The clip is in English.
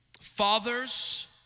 Fathers